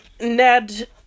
Ned